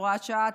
הוראת שעה),